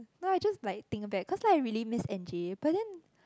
no I just like think a bad cause I really miss Anjib but then